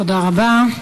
תודה רבה.